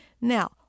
Now